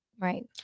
Right